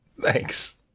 thanks